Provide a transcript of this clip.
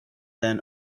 then